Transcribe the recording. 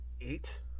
eight